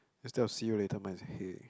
instead of see you later mine is hey